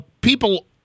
people